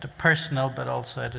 personal but also